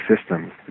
systems